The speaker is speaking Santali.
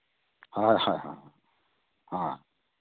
ᱦᱳᱭ ᱦᱳᱭ ᱦᱳᱭ ᱦᱚᱸ